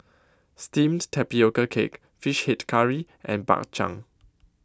Steamed Tapioca Cake Fish Head Curry and Bak Chang